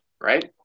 Right